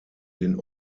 den